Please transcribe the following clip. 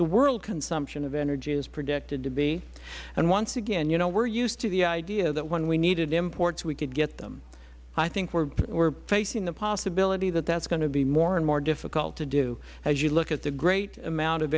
the world consumption of energy is predicted to be and once again we are used to the idea that when we needed imports we could get them i think we are facing the possibility that that is going to be more and more difficult to do as you look at the great amount of